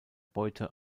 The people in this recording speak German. beute